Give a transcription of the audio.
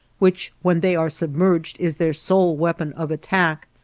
which, when they are submerged, is their sole weapon of attack,